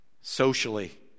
Socially